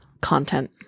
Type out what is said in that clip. content